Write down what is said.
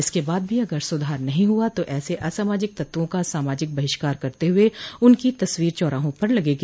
इसक बाद भी अगर सुधार नहीं हुआ तो ऐसे असामाजिक तत्वों का सामाजिक बहिष्कार करते हुए उनकी तस्वीर चौराहों पर लगेंगी